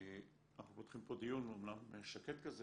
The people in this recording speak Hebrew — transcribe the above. אנחנו פותחים פה דיון אומנם שקט כזה